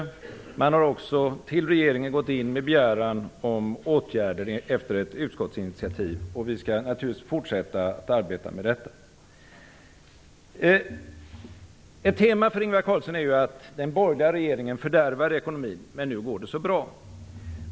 Utskottet har också efter ett utskottsinitiativ lämnat en begäran till regeringen om åtgärder. Vi skall naturligtvis fortsätta att arbeta med detta. Ett tema för Ingvar Carlsson är att den borgerliga regeringen fördärvade ekonomin, men att det nu går så bra.